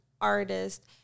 artist